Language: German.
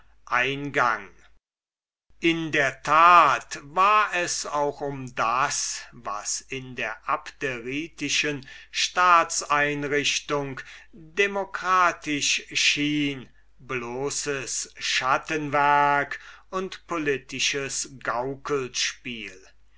eingang in der tat war es auch um das was in der abderitischen staatseinrichtung demokratisch schien bloßes schattenwerk und politisches gaukelspiel